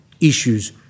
issues